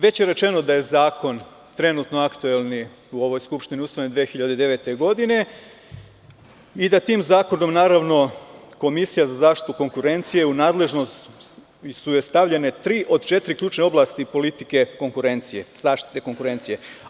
Već je rečno da je zakon trenutno aktuelni, u ovoj skupštini usvojen 2009. godine, i da tim zakonom, naravno Komisija za zaštitu konkurencije u nadležnost su joj stavljene tri od četiri ključne oblasti politike konkurencije, zaštite konkurencije.